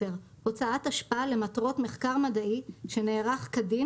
הוצאת אשפה למטרות מחקר מדעי שנערך כדין